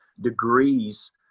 degrees